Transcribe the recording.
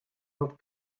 not